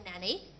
nanny